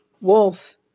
wolf